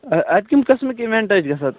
آ اَتِہ کمہِ قٕسمُک اِیویٚنٛٹ حظ چھِ گژھان